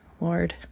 Lord